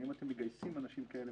האם אתם מגייסים אנשים כאלה,